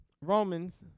Romans